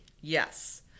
Yes